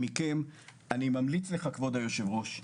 אני ממליץ לך, כבוד היושב-ראש,